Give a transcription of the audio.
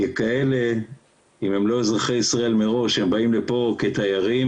וככאלה אם הם לא אזרחי ישראל מראש הם באים לפה כתיירים,